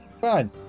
Fine